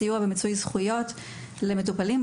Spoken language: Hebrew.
סיוע במיצוי זכויות למטופלים,